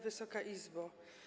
Wysoka Izbo!